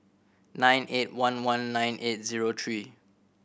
nine eight one one nine eight zero three